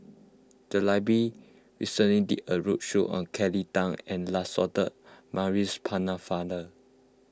the library recently did a roadshow on Kelly Tang and Lancelot Maurice Pennefather